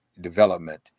development